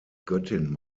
göttin